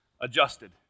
adjusted